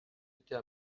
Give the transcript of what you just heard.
était